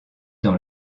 dans